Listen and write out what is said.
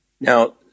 Now